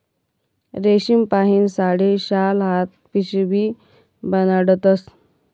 रेशीमपाहीन साडी, शाल, हात पिशीबी बनाडतस